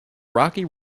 rocky